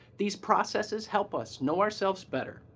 these processes help us know ourselves better,